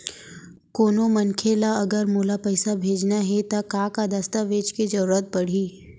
कोनो मनखे ला अगर मोला पइसा भेजना हे ता का का दस्तावेज के जरूरत परही??